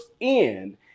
end